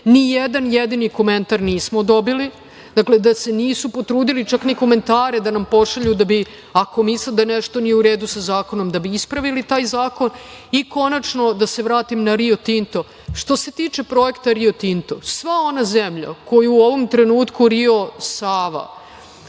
nijedan jedini komentar nismo dobili, da se nisu potrudili čak ni komentare da nam pošalju da bi, ako misle da nešto nije u redu sa zakonom, ispravili taj zakon. Konačno, da se vratim na "Rio Tinto". Što se tiče projekta "Rio Tinto", sva ona zemlja koju u ovom trenutku "Rio